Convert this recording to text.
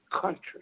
Country